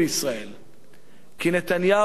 כי נתניהו מפיל עליו גזירות,